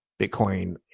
Bitcoin